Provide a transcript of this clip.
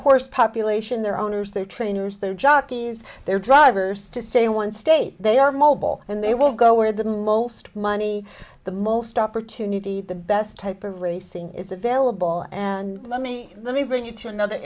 horse population their owners their trainers their jockeys their drivers to say one state they are mobile and they will go where the most money the most opportunity the best type of racing is available and let me let me bring you to another